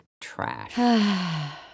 trash